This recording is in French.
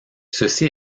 ceci